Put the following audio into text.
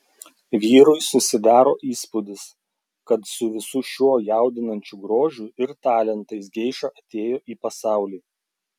vyrui susidaro įspūdis kad su visu šiuo jaudinančiu grožiu ir talentais geiša atėjo į pasaulį